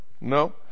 No